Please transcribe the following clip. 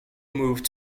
moved